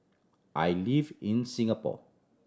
I live in Singapore